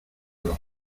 los